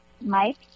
Mike